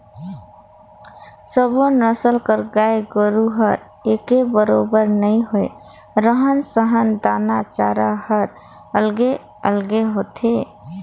सब्बो नसल कर गाय गोरु हर एके बरोबर नी होय, रहन सहन, दाना चारा हर अलगे अलगे होथे